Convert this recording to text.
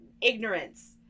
ignorance